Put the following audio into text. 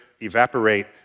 evaporate